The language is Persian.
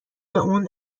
اون